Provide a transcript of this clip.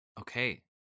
okay